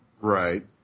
Right